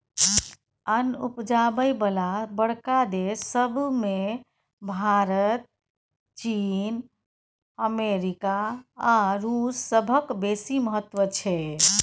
अन्न उपजाबय बला बड़का देस सब मे भारत, चीन, अमेरिका आ रूस सभक बेसी महत्व छै